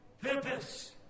purpose